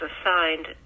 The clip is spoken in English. assigned